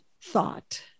thought